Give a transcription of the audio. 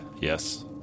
yes